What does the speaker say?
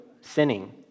sinning